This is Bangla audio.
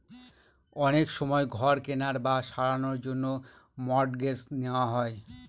অনেক সময় ঘর কেনার বা সারানোর জন্য মর্টগেজ নেওয়া হয়